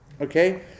okay